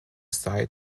side